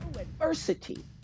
adversity